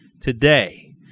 today